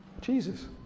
Jesus